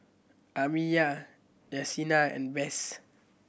Amiya Yessenia and Bess